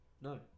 No